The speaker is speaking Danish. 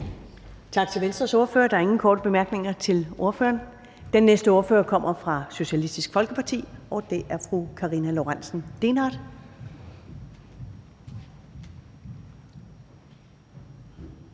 tak til Venstre. Der er ingen korte bemærkninger til ordføreren. Næste ordfører kommer fra Socialistisk Folkeparti, og det er fru Lisbeth